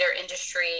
industry